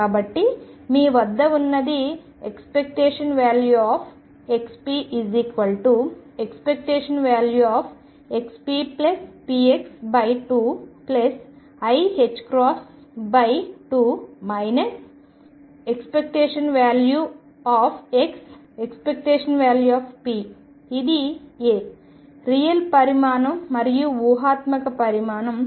కాబట్టి మీ వద్ద ఉన్నది ⟨xp⟩⟨xppx⟩2iℏ2 ⟨x⟩⟨p⟩ ఇది 'a' Real పరిమాణం మరియు ఊహాత్మక పరిమాణం 2